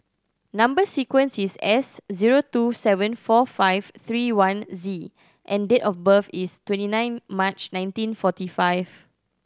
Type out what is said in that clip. number sequence is S zero two seven four five three one Z and date of birth is twenty nine March nineteen forty five